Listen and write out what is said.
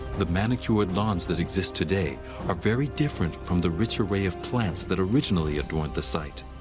the manicured lawns that exist today are very different from the rich array of plants that originally adorned the site.